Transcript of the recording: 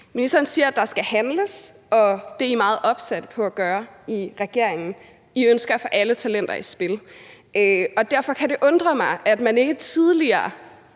Ministeren siger, at der skal handles, og det er I meget opsatte på at gøre i regeringen, I ønsker at få alle talenter i spil. Jeg er med på, at vi ikke har